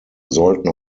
sollten